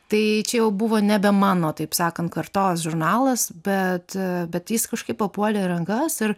tai čia jau buvo nebe mano taip sakant kartos žurnalas bet bet jis kažkaip papuolė į rankas ir